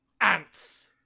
Ants